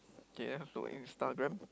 K I have to Instagram